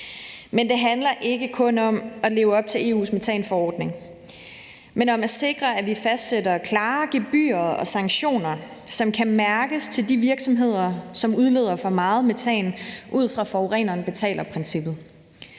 Det handler ikke kun om at leve op til EU's metanforordning, men også om at sikre, at vi fastsætter klare gebyrer og sanktioner, som kan mærkes, for de virksomheder, som udleder for meget metan, ud fra forureneren betaler-princippet.